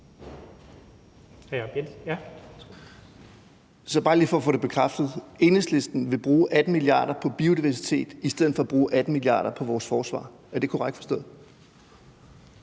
Så bare lige for at få det bekræftet: Enhedslisten vil bruge 18 mia. kr. på biodiversitet i stedet for at bruge 18 mia. kr. på vores forsvar? Er det korrekt forstået?